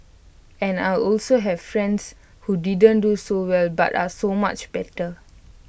and I also have friends who didn't do so well but are so much better